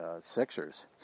Sixers